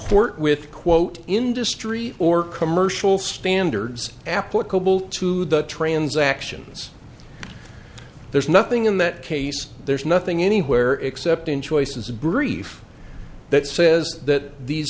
comport with quote industry or commercial standards applicable to the transactions there's nothing in that case there's nothing anywhere except in choices a brief that says that these